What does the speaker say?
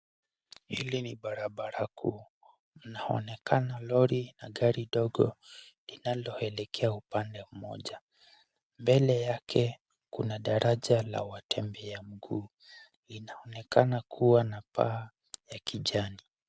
Hili ni barabara kuu. Inaonekana lori na gari ndogo linaloelekeka upande mmoja. Mbele yake kuna daraja la watembea miguu. Inaonekana kuwa na paa la kijani.